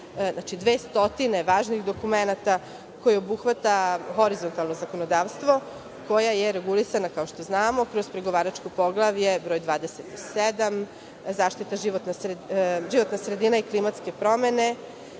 200 važnih dokumenata koje obuhvataju horizontalno zakonodavstvo koje je regulisano, kao što znamo, kroz pregovaračko Poglavlje 27 - zaštita životne sredine i klimatske promene.